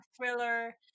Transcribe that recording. thriller